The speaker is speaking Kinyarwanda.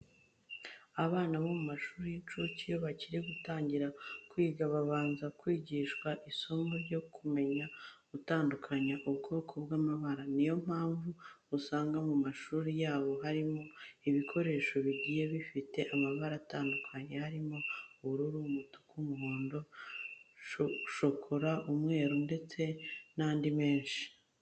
Abana bo mu mashuri y'incuke iyo bakiri gutangira kwiga babanza kwigishwa isomo ryo kumenya gutandukanya ubwoko bw'amabara. Niyo mpamvu uzasanga mu mashuri yabo harimo ibikoresho bigiye bifite amabara atandukanye harimo ubururu, umutuku, umuhondo, shokora, umweru ndetse n'andi menshi.